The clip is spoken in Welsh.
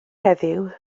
heddiw